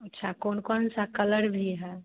अच्छा कौन कौन सा कलर भी है